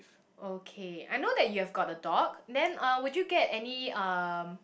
okay I know that you've got a dog then uh would you get any um